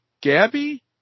Gabby